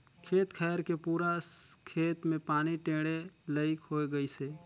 खेत खायर के पूरा खेत मे पानी टेंड़े लईक होए गइसे